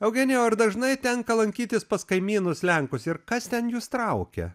eugenijau ar dažnai tenka lankytis pas kaimynus lenkus ir kas ten jus traukia